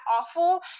awful